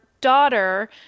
daughter